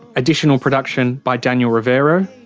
additional production by daniel rivero.